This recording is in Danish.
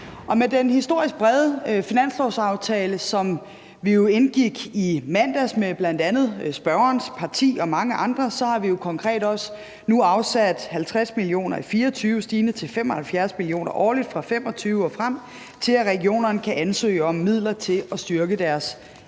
Med den historisk brede finanslovsaftale, som vi jo indgik i mandags med bl.a. spørgerens parti og mange andre, har vi konkret også nu afsat 50 mio. kr. i 2024 stigende til 75 mio. kr. årligt fra 2025 og frem, så regionerne kan ansøge om midler til at styrke deres